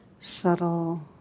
subtle